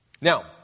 Now